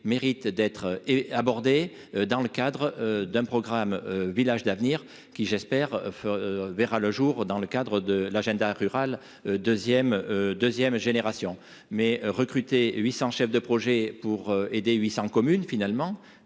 mérite d'être abordé dans le cadre d'un programme village d'avenir qui, j'espère, verra le jour dans le cadre de l'agenda 2ème deuxième génération mais recruté 800, chef de projet pour aider 800 communes finalement